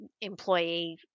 employee